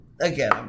Again